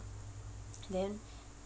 then